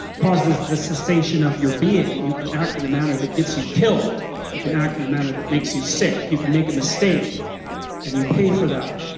causes the cessation of your being, you can act in a manner that gets you killed you can act in a manner that makes you sick, you can make a mistake and you pay for that.